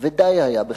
ודי היה בכך,